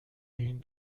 این